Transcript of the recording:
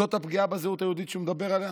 זאת הפגיעה בזהות היהודית שהוא מדבר עליה?